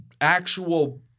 actual